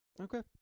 Okay